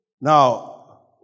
Now